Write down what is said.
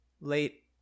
Late